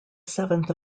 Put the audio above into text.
seventh